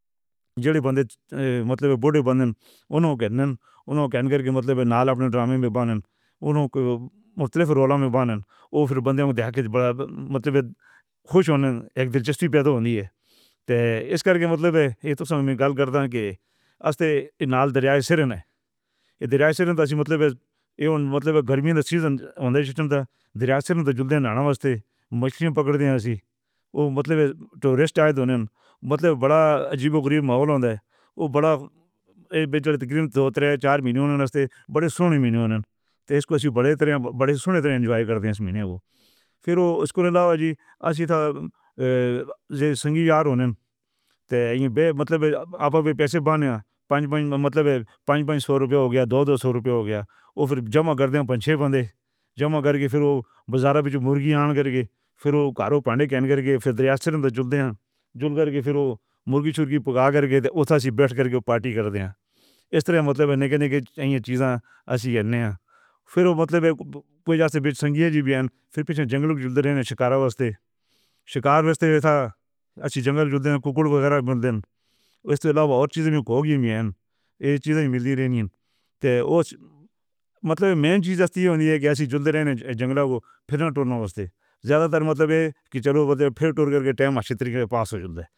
جڑے بندے مطلب انہوں کے کے مطلب نال اپنے ڈرامے میں بن انہوں کے او پھر بندے مطلب اک دلچسپی پیدا ہونی ہے تے ایس کر کے مطلب کے۔ مطلب ایون مطلب گرمی میں سیزن آن دی سسٹم تھا، مچھلیاں پکڑتے ایسی او مطلب ریسٹ مطلب بڑا عجیب و غریب ماحول آن دی او بڑا بڑے بڑے اینجوے کر دِیا اِس مہینے او۔ پھر او اُسکو لاوا جی اشیتا مطلب آپ ابھی پیسے بنا پانچ ہو گیا، دو ہو گیا اَور پھر جما کرتے ہے پر چھے بندے جما کر کے پھر او بازارہ پے جو مرغی آنا کر کے پھر او کاروں پانڈے کین کر کے پھر؟ جھول کر کے پھر او مرغی چھوکی اُتھاسی بیٹھ کر کے پارٹی کر دے اِس طرح ملبے، نکے، نکے یہ چیزیں ایسی ہے پھر او مطلب پھر پِیچھے جنگلوں کو جُلتے رہے۔ نا شکارا واسطے شکار واسطے ایسا اچھی جنگل جُلتے ہے۔ ککڑ وغیرہ اک چیز ہے، مطلب یہ مین چیز، ایسی جنگلا، او زیادہ تر مطلب یہ کہ چلو۔